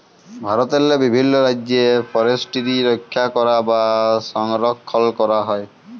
ভারতেরলে বিভিল্ল রাজ্যে ফরেসটিরি রখ্যা ক্যরা বা সংরখ্খল ক্যরা হয়